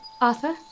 Arthur